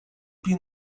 più